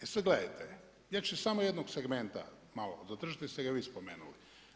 E sad gledajte, ja ću samo jednog segmenta malo zadržati, jer ste ga vi spomenuli.